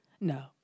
no